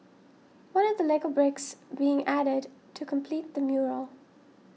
one of the Lego bricks being added to complete the mural